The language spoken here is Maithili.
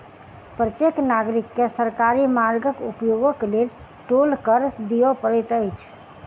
प्रत्येक नागरिक के सरकारी मार्गक उपयोगक लेल टोल कर दिअ पड़ैत अछि